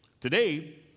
Today